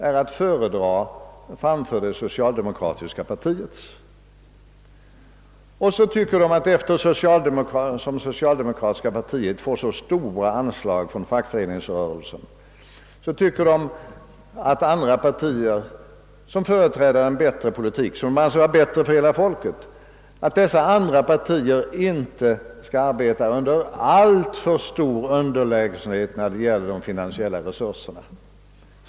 Alla företag tycker det inte. Det finns undantag, men de flesta tycker det. Vidare vet de att det socialdemokratiska partiet får så stora anslag från fackföreningsrörelsen, och de tycker att andra partier som företräder en bättre politik — en politik som är bättre för hela folket — inte skall behöva arbeta med alltför underlägsna finansiella resurser.